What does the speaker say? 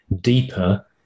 deeper